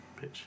Bitch